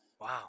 Wow